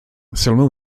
sylwem